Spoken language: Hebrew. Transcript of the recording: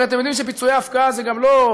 הרי אתם יודעים שפיצויי הפקעה זה גם לא,